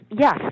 yes